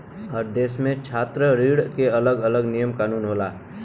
हर देस में छात्र ऋण के अलग अलग नियम कानून होला